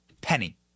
penny